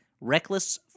Reckless